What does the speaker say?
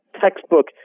textbook